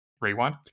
Rewind